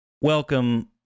welcome